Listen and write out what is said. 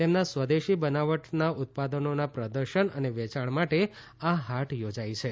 તેમના સ્વદેશી બનાવટનાં ઉત્પાદનોના પ્રદર્શન અને વેચાણ માટે આ હાટ યોજાઈ છે